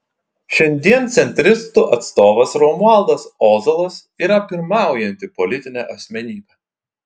šiandien centristų atstovas romualdas ozolas yra pirmaujanti politinė asmenybė